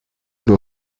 nur